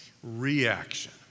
reaction